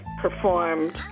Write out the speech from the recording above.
performed